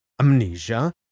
Amnesia